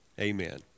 amen